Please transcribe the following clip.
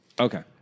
Okay